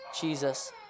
Jesus